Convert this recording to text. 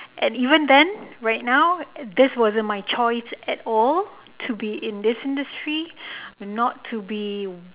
and even then right now this wasn't my choice at all to be in this industry but not to be